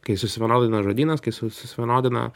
kai susivienodina žodynas kai su susivienodina